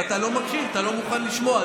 אתה לא מקשיב, אתה לא מוכן לשמוע.